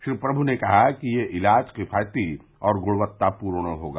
श्री प्रमु ने कहा कि यह इलाज किफायती और गुणवत्तापूर्ण होगा